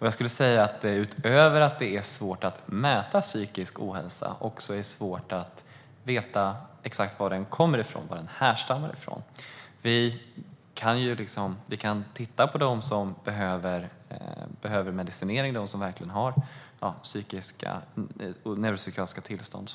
Utöver att det är svårt att mäta psykisk ohälsa, är det också svårt att veta exakt var den kommer ifrån, var den härstammar från. Vi kan titta på dem som behöver medicinering och som verkligen har neuropsykiatriska tillstånd.